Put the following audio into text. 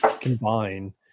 combine